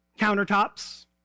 countertops